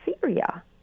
Syria